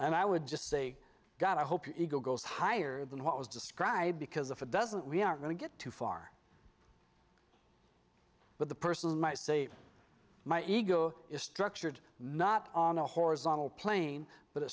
and i would just say god i hope he goes higher than what was described because if it doesn't we are going to get too far with the person might say my ego is structured not on a horizontal plane but a